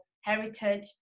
heritage